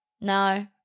No